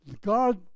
God